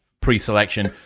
pre-selection